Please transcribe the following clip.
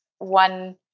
one